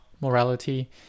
morality